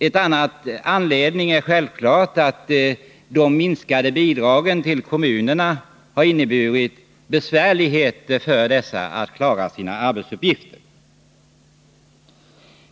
En annan anledning är självfallet att de minskade bidragen till kommunerna har inneburit besvärligheter för dessa att klara sina arbetsuppgifter.